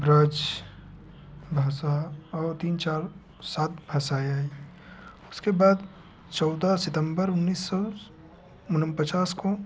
ब्रज भाषा और तीन चार सात भाषाएँ आईं उसके बाद चौदह सितम्बर उन्नीस सौ पचास को